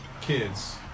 kids